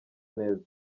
neza